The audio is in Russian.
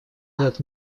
этот